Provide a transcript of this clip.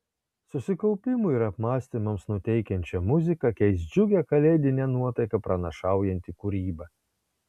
susikaupimui ir apmąstymams nuteikiančią muziką keis džiugią kalėdinę nuotaiką pranašaujanti kūryba